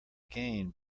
gain